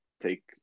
take